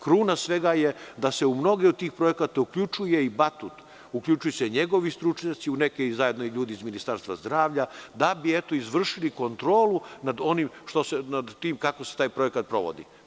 Kruna svega je da se u mnoge od tih projekata uključuje i „Batut“, uključuju se njegovi stručnjaci, negde zajedno i ljudi iz Ministarstva zdravlja, da bi izvršili kontrolu nad tim kako se taj projekat sprovodi.